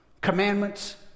commandments